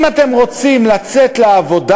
אם אתם רוצים לצאת לעבודה,